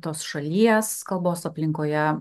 tos šalies kalbos aplinkoje